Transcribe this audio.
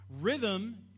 Rhythm